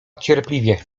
cierpliwie